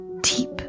deep